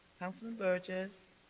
councilman burgess.